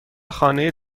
خانه